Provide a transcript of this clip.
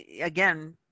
again